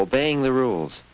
obeying the rules